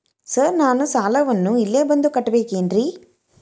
Sir ನಾನು ಸಾಲವನ್ನು ಇಲ್ಲೇ ಬಂದು ಕಟ್ಟಬೇಕೇನ್ರಿ?